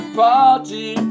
party